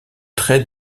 trait